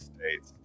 States